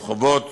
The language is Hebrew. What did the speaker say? קריאת רחובות